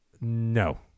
No